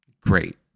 great